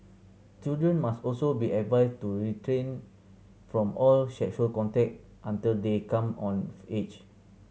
children must also be advised to from all sexual contact until they come of age